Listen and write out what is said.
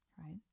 Right